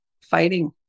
fighting